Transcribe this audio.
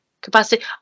capacity